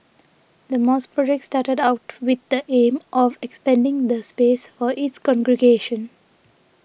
the mosque project started out with the aim of expanding the space for its congregation